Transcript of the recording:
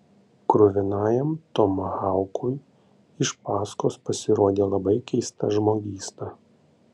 kruvinajam tomahaukui iš paskos pasirodė labai keista žmogysta